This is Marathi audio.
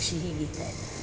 कशी ही गीतं आहेत